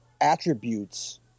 attributes